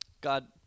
god